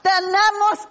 Tenemos